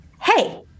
hey